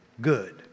good